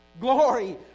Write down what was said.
Glory